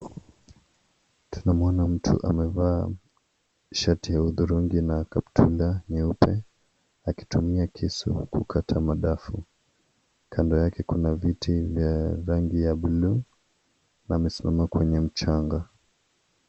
Tunamuona mtu amevaa shati ya udhurungi na kaptula nyeupe. Akitumia kisu kukatata madafu. Kando yake kuna viti vya rangi ya blue na amesimama kwenye mchanga.